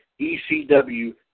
ECW